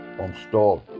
installed